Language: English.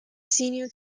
senior